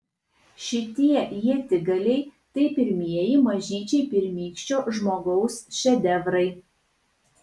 šitie ietigaliai tai pirmieji mažyčiai pirmykščio žmogaus šedevrai